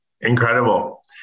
Incredible